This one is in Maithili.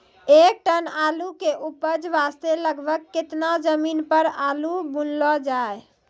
एक टन आलू के उपज वास्ते लगभग केतना जमीन पर आलू बुनलो जाय?